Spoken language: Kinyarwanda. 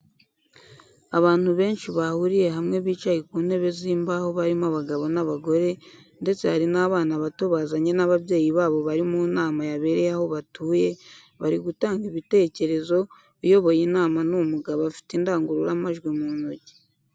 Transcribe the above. Abantu benshi bahuriye hamwe bicaye ku ntebe z'imbaho barimo abagabo n'abagore, ndetse hari n'abana bato bazanye n'ababyeyi babo bari mu nama yabereye aho batuye bari gutanga ibitekerzo, uyoboye inama ni umugabo afite indangururamajwi mu ntoki.